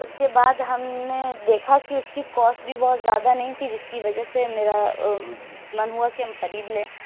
اس کے بعد ہم نے دیکھا کہ اس کی کوسٹ بھی بہت زیادہ نہیں تھی جس کی وجہ سے میرا من ہوا کہ ہم خرید لیں